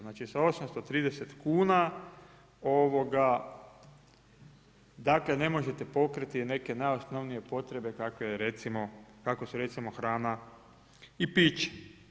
Znači, sa 830 kuna dakle, ne možete pokriti neke najosnovnije potrebe kako su recimo hrana i piće.